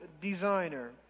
designer